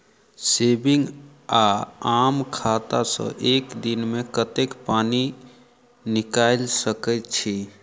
Saving वा आम खाता सँ एक दिनमे कतेक पानि निकाइल सकैत छी?